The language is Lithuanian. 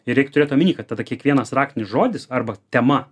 ir reik turėt omenyje kad tada kiekvienas raktinis žodis arba tema